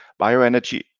bioenergy